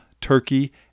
Turkey